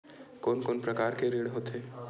कोन कोन प्रकार के ऋण होथे?